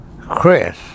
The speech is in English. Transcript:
Chris